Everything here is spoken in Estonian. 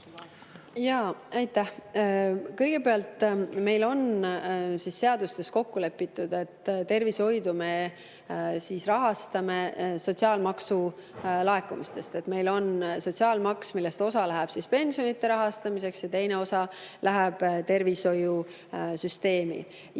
Aitäh! Kõigepealt, meil on seadustes kokku lepitud, et tervishoidu me rahastame sotsiaalmaksu laekumistest. Meil on sotsiaalmaks, millest osa läheb pensionide rahastamiseks ja teine osa läheb tervishoiusüsteemi.